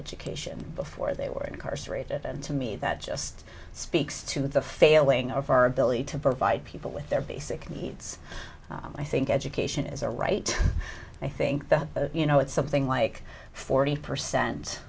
education before they were incarcerated and to me that just speaks to the failing of our ability to provide people with their basic needs and i think education is a right i think that you know it's something like forty percent